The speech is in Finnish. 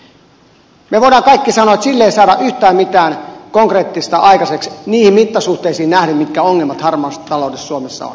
me voimme kaikki sanoa että sillä ei saada yhtään mitään konkreettista aikaiseksi niihin mittasuhteisiin nähden mitkä ongelmat harmaassa taloudessa suomessa on